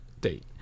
date